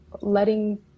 letting